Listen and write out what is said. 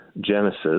Genesis